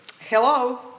Hello